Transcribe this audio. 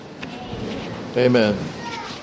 Amen